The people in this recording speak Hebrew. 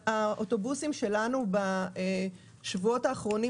האוטובוסים שלנו בשבועות האחרונים,